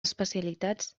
especialitats